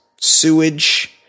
sewage